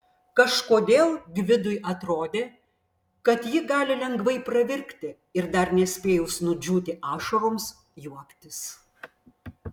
kažkodėl gvidui atrodė kad ji gali lengvai pravirkti ir dar nespėjus nudžiūti ašaroms juoktis